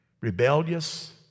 Rebellious